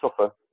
suffer